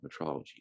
metrology